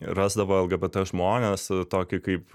rasdavo lgbt žmones tokį kaip